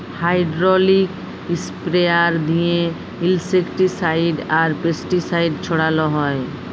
hydraulic sprayer দিঁয়ে insecticide আর pesticide ছড়াল হ্যয়